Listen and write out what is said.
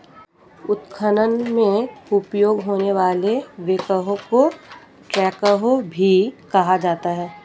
उत्खनन में उपयोग होने वाले बैकहो को ट्रैकहो भी कहा जाता है